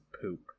poop